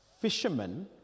fishermen